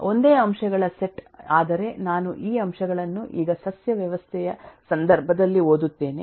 ಒಂದೇ ಅಂಶಗಳ ಸೆಟ್ ಆದರೆ ನಾನು ಈ ಅಂಶಗಳನ್ನು ಈಗ ಸಸ್ಯ ವ್ಯವಸ್ಥೆಯ ಸಂದರ್ಭದಲ್ಲಿ ಓದುತ್ತೇನೆ